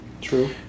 True